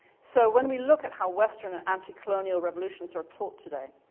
so when we look at how western anti-colonial revolutions are taught today,